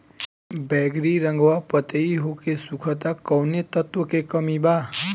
बैगरी रंगवा पतयी होके सुखता कौवने तत्व के कमी बा?